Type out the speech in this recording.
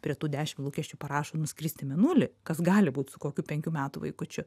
prie tų dešim lūkesčių parašo nuskrist į mėnulį kas gali būt su kokių penkių metų vaikučiu